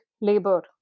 labor